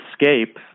escape